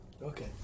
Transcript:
okay